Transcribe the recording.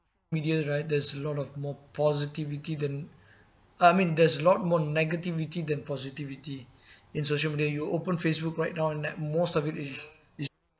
media right there's a lot of more positivity than I mean there's a lot more negativity than positivity in social media you open Facebook right now and like most of it is